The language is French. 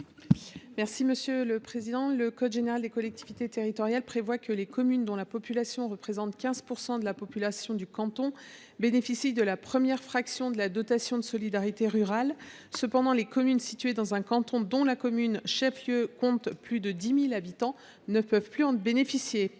Mme Sylviane Noël. Le code général des collectivités territoriales prévoit que les communes représentant 15 % de la population du canton reçoivent la première fraction de la dotation de solidarité rurale. Cependant, les communes situées dans un canton dont la commune chef lieu compte plus de 10 000 habitants ne peuvent plus en bénéficier.